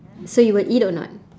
so you would eat or not